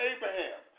Abraham